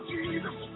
Jesus